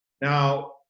Now